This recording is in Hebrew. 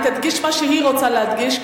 היא תדגיש מה שהיא רוצה להדגיש.